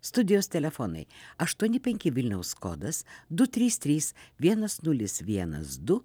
studijos telefonai aštuoni penki vilniaus kodas du trys trys vienas nulis vienas du